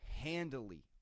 handily